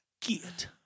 Get